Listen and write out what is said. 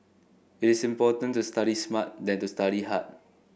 it is important to study smart than to study hard